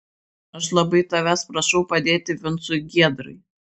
aš labai tavęs prašau padėti vincui giedrai